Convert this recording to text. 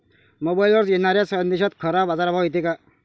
मोबाईलवर येनाऱ्या संदेशात खरा बाजारभाव येते का?